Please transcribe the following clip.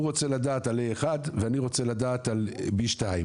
הוא רוצה לדעת על א.1 ואני רוצה לדעת על ב.2.